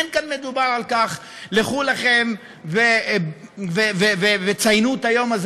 אין מדובר כאן על: לכו לכם וציינו את היום הזה